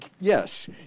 Yes